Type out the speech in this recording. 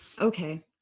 okay